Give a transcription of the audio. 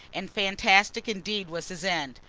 and fantastic indeed was his end.